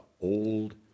old